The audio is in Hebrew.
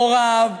הוריו,